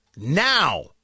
Now